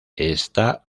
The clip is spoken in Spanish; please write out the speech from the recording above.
está